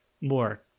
more